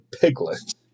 Piglet